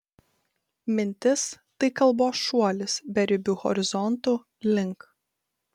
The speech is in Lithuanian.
mintis tai kalbos šuolis beribių horizontų link